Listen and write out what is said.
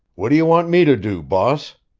what do you want me to do, boss?